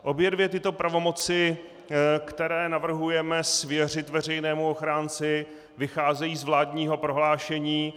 Obě dvě tyto pravomoci, které navrhujeme svěřit veřejnému ochránci, vycházejí z vládního prohlášení.